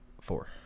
Four